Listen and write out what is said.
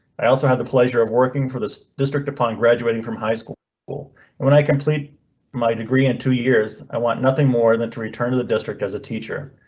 i also had the pleasure of working for this district upon graduating from high school school and when i complete my degree in two years, i want nothing more than to return to the district. as a teacher.